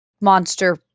monster